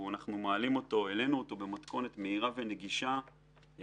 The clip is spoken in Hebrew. שהעלינו אותו במתכונת מהירה ונגישה,